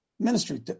Ministry